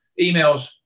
emails